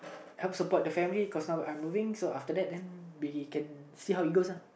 help support the family cause now I'm moving so after that then we can see how it goes uh